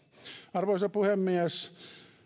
arvoisa puhemies